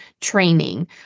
training